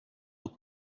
aux